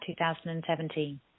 2017